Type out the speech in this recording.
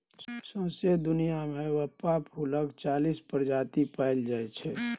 सौंसे दुनियाँ मे चंपा फुलक चालीस प्रजाति पाएल जाइ छै